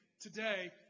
today